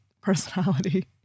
personality